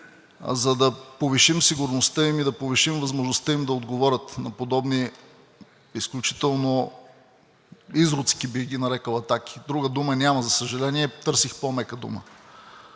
за да повишим сигурността им и да повишим възможността им да отговорят на подобни изключително изродски, бих ги нарекъл, атаки. Друга дума няма, за съжаление, търсих по-мека дума.